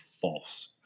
false